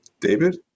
David